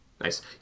nice